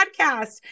podcast